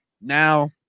now